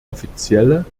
offizielle